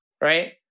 right